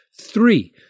Three